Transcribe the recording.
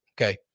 okay